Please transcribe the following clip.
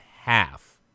half